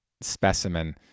specimen